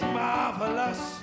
marvelous